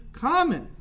common